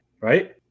right